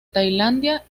tailandia